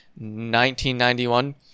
1991